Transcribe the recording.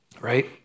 right